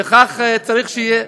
וכך צריך שיהיה.